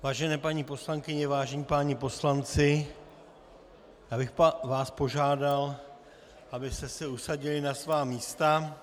Vážené paní poslankyně, vážení páni poslanci, já bych vás požádal, abyste se usadili na svá místa.